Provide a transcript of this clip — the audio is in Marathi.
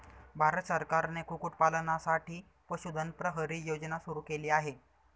भारत सरकारने कुक्कुटपालनासाठी पशुधन प्रहरी योजना सुरू केली आहे